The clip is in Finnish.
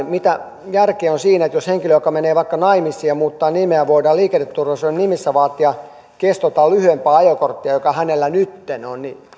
mitä järkeä on siinä että henkilöltä joka menee vaikka naimisiin ja muuttaa nimeään voidaan liikenneturvallisuuden nimissä vaatia kestoltaan lyhyempää ajokorttia kuin hänellä nytten on